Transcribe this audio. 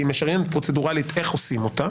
כי היא משריינת פרוצדורלית איך עושים אותה.